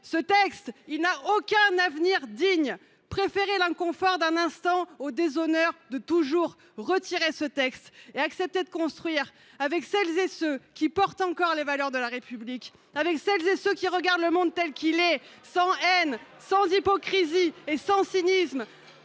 ce texte : il n’a aucun avenir digne ! Préférez l’inconfort d’un instant au déshonneur de toujours. Retirez ce texte : acceptez de construire avec celles et ceux qui portent encore les valeurs de la République, avec celles et ceux qui regardent le monde tel qu’il est, sans haine, sans hypocrisie et sans cynisme,